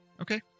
Okay